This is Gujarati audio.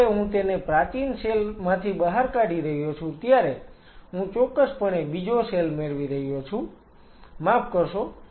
જ્યારે હું તેને પ્રાચીન સેલ માંથી બહાર કાઢી રહ્યો છું ત્યારે હું ચોક્કસપણે બીજો સેલ મેળવી રહ્યો છું માફ કરશો